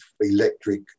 electric